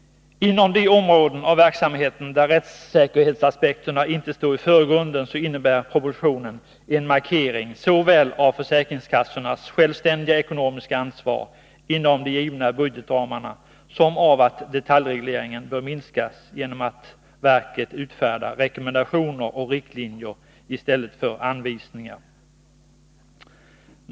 Inom de områden av verksamheten där rättssäkerhetsaspekterna inte står i förgrunden innebär propositionen en markering såväl av försäkringskassornas självständiga ekonomiska ansvar inom de givna budgetramarna som av att detaljregleringen bör minskas genom att verket utfärdar rekommendationer och riktlinjer i stället för anvisningar.